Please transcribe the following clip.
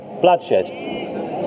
bloodshed